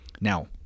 Now